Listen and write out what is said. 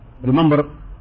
Remember